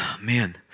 man